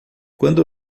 quando